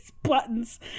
buttons